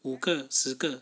五个十个